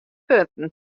punten